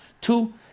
Two